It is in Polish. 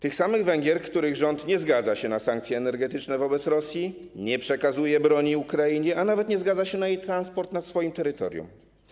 Na te same Węgry, których rząd nie zgadza się na sankcje energetyczne wobec Rosji, nie przekazuje broni Ukrainie, a nawet nie zgadza się na jej transport nad swoim terytorium.